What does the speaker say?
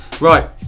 Right